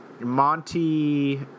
Monty